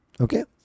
Okay